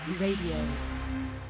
Radio